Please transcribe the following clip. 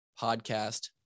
podcast